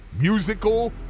musical